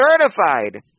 certified